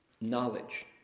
knowledge